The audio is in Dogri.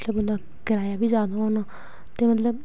एह्दा मतलब कराया बी जादा होना ते मतलब